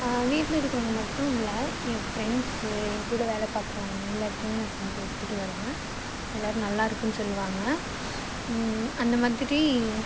வீட்டில் இருக்கறவங்க மட்டும் இல்லை என் ஃப்ரெண்ட்ஸு எங்ககூட வேலை பார்க்கறவுங்க எல்லாருக்குமே நான் செஞ்சு எடுத்துகிட்டு வருவேன் எல்லாரும் நல்லாருக்குன்னு சொல்லுவாங்க அந்த மாதிரி